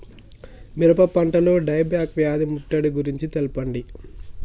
మిరప పంటలో die back వ్యాధి ముట్టడి గురించి తెల్పండి?